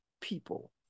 people